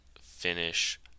finish